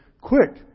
Quick